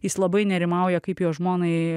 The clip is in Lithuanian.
jis labai nerimauja kaip jo žmonai